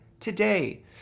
Today